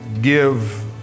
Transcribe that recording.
give